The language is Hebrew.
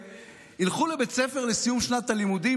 ילכו לבית הספר לסיום שנת הלימודים,